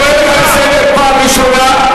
אני קורא אותך לסדר פעם ראשונה.